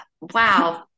Wow